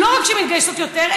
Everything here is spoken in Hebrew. לא רק שהן מתגייסות יותר,